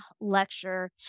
lecture